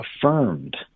affirmed